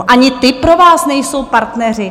Ani ty pro vás nejsou partneři?